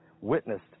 witnessed